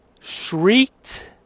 shrieked